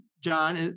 John